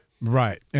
Right